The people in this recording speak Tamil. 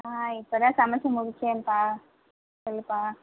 ஆ இப்போ தான் சமைத்து முடித்தேன்ப்பா சொல்லுப்பா